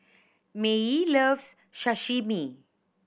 Maye loves Sashimi